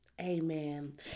Amen